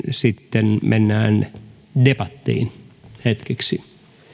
sitten mennään debattiin hetkeksi